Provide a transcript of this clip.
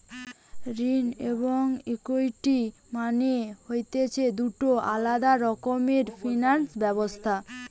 ঋণ এবং ইকুইটি মানে হতিছে দুটো আলাদা রকমের ফিনান্স ব্যবস্থা